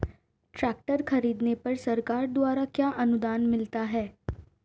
Tractor खरीदने पर सरकार द्वारा क्या अनुदान मिलता है?